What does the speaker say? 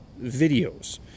videos